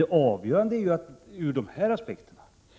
Det avgörande är emellertid